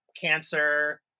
cancer